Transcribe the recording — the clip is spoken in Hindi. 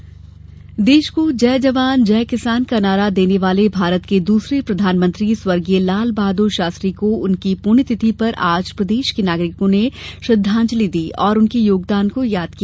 पुण्यतिथि शास्त्री देश को जय जवान जय किसान का नारा देने वाले भारत के दूसरे प्रधानमंत्री स्वर्गीय लाल बहादुर शास्त्री को उनकी पुण्य तिथि पर आज प्रदेश के नागरिकों ने श्रद्वांजलि दी और उनके योगदान को याद किया